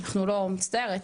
אני מצטערת,